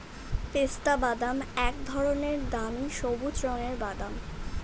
পেস্তাবাদাম এক ধরনের দামি সবুজ রঙের বাদাম